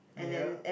ya